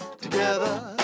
Together